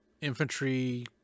infantry